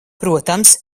protams